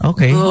Okay